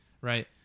right